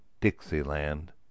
Dixieland